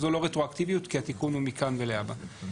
זו לא רטרואקטיביות, כי התיקון הוא מכאן ואילך.